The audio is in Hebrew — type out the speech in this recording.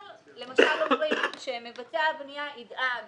אבל, למשל אומרים שמבצע הבנייה ידאג